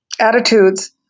attitudes